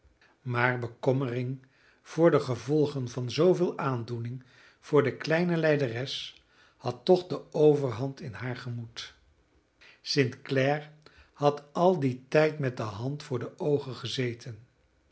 maar bekommering voor de gevolgen van zooveel aandoening voor de kleine lijderes had toch de overhand in haar gemoed st clare had al dien tijd met de hand voor de oogen gezeten